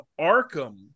arkham